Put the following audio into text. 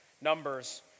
Numbers